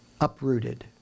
uprooted